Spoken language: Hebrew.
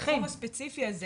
בתחום הספציפי הזה